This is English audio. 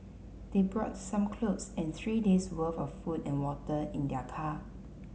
they brought some clothes and three days' worth of food and water in their car